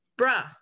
bruh